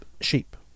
sheep